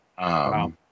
Wow